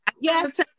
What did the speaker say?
yes